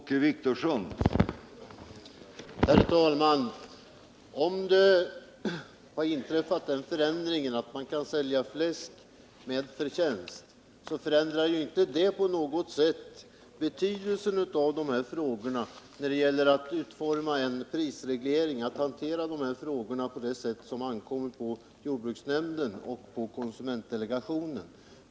Herr talman! Om den förändringen av förutsättningarna har inträffat att fläsk nu kan säljas med förtjänst, förändrar det inte på något sätt betydelsen av att jordbruksnämnden och konsumentdelegationen utformar en förnuftig prisreglering.